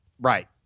Right